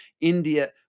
India